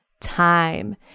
time